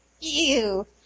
Ew